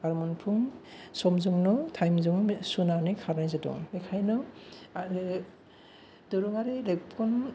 आर मोमफ्रोम सम जोंनो थाइमजों सुनानै खानाय जादों बेखायनो आरो दोरोङारि रेबगं